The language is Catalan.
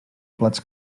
plats